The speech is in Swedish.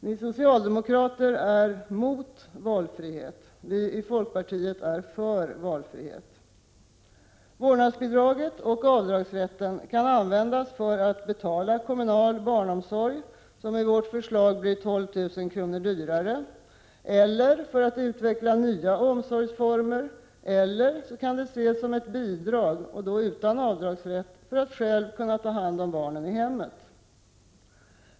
Ni socialdemokrater är mot valfrihet — vi i folkpartiet är för valfrihet. Vårdnadsbidraget och avdragsrätten kan användas för att betala kommunal barnomsorg, som i vårt förslag blir 12 000 kr. dyrare, eller för att utveckla nya omsorgsformer eller ses som ett bidrag — då utan avdragsrätt — för att själv kunna ta hand om barnen i hemmet.